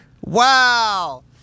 Wow